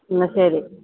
എന്നാൽ ശരി